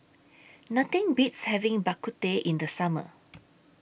Nothing Beats having Bak Kut Teh in The Summer